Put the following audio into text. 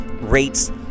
rates